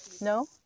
No